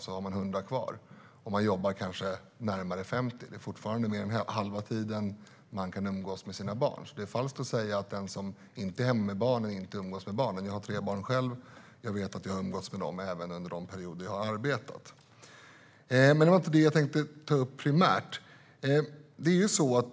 Då har man 100 timmar kvar och jobbar kanske närmare 50 timmar, så det är fortfarande mer än halva tiden man har för att umgås med sina barn. Det är därför falskt att säga att den som inte är hemma med barnen inte umgås med barnen. Jag har själv tre barn, och jag har umgåtts med dem även under de perioder då jag har arbetat. Men det var inte primärt det jag hade tänkt ta upp.